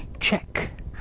check